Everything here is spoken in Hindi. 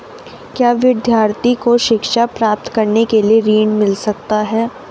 क्या विद्यार्थी को शिक्षा प्राप्त करने के लिए ऋण मिल सकता है?